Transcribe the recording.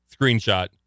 screenshot